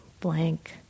blank